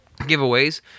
giveaways